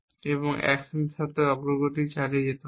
এবং অ্যাকশনের সাথে অগ্রগতি চালিয়ে যেতে থাকবে